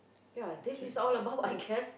ya this is all about I guess